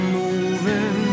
moving